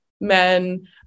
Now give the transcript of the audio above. men